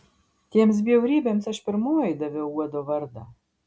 tiems bjaurybėms aš pirmoji daviau uodo vardą